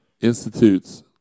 institutes